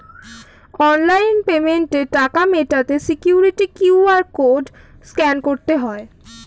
online পেমেন্টে টাকা মেটাতে সিকিউরিটি কিউ.আর কোড স্ক্যান করতে হয়